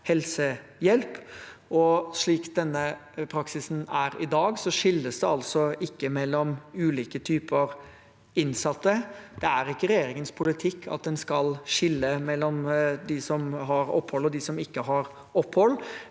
slik denne praksisen er i dag, skilles det ikke mellom ulike typer innsatte. Det er ikke regjeringens politikk at en skal skille mellom dem som har opphold, og dem som ikke har opphold.